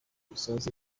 gisoza